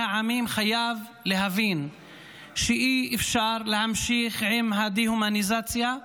העמים חייב להבין שאי-אפשר להמשיך עם הדה-הומניזציה,